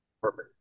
Perfect